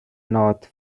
north